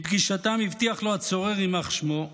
בפגישתם הבטיח לו הצורר, יימח שמו,